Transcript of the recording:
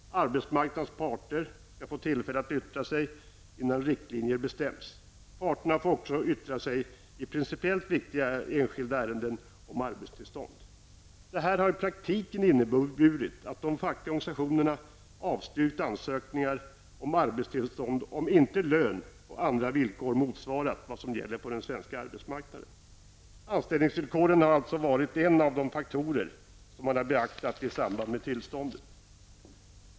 Arbetsmarknadens parter skall få tillfälle att yttra sig innan riktlinjer bestäms. Parterna får också yttra sig i principiellt viktiga enskilda ärenden om arbetstillstånd. Detta har i praktiken inneburit att de fackliga organisationerna har avstyrkt ansökningar om arbetstillstånd om inte lön och andra villkor motsvarat vad som gäller på den svenska arbetsmarknaden. Anställningsvillkoren har i sig varit en av de faktorer som man har beaktat i samband med tillståndsgivningen.